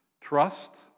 Trust